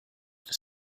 for